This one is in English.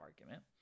argument